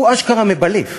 הוא אשכרה מבלף.